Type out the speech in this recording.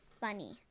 funny